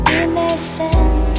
innocent